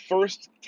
first